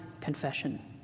confession